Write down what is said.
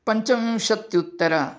पञ्चविंशत्युत्तर